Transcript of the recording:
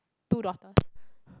two daughters